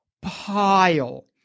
pile